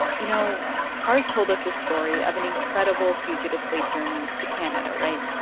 you know, parth told us the story of an incredible fugitive slave journey to canada, right?